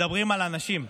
מדברים על אנשים.